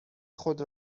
خود